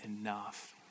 enough